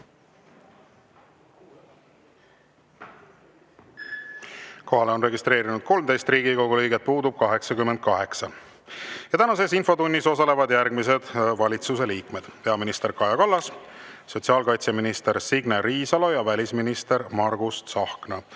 Kohalolijaks on registreerunud 13 Riigikogu liiget, puudub 88.Tänases infotunnis osalevad järgmised valitsuse liikmed: peaminister Kaja Kallas, sotsiaalkaitseminister Signe Riisalo ja välisminister Margus Tsahkna.